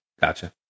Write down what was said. Gotcha